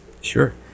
Sure